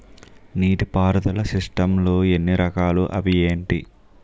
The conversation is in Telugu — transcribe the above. నీటిపారుదల సిస్టమ్ లు ఎన్ని రకాలు? అవి ఏంటి?